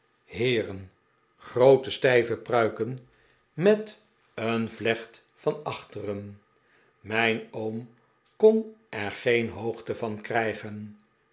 heeren groote stijve pruiken met een vlecht van achteren mijn oom kon er geen hoogte van krijgen